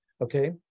Okay